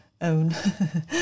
own